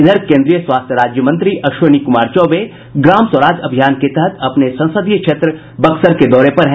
इधर केन्द्रीय स्वास्थ्य राज्य मंत्री अश्विनी कुमार चौबे ग्राम स्वराज अभियान के तहत अपने संसदीय क्षेत्र बक्सर के दौरे पर हैं